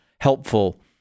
helpful